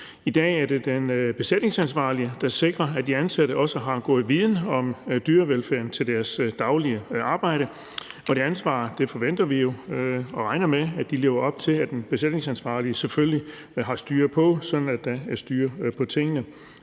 I dag er det den besætningsansvarlige, som sikrer, at de ansatte også har god viden om dyrevelfærd i forhold til deres daglige arbejde, og det ansvar forventer vi jo og regner med at de lever op til, altså at den besætningsansvarlige selvfølgelig har styr på det, sådan at der er styr på tingene.